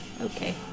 okay